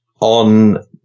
on